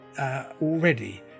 already